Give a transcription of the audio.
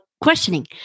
questioning